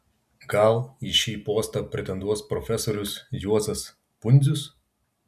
gal į šį postą pretenduos profesorius juozas pundzius